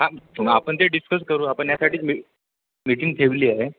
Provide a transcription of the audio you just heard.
हां ग आपण ते डिस्कस करू आपण यासाठीच मी मीटिंग ठेवली आहे